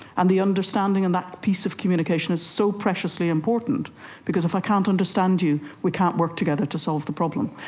and the understanding in that piece of communication is so preciously important because if i can't understand you, we can't work together to solve the problem.